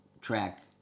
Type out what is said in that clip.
track